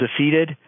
defeated